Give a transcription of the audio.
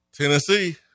Tennessee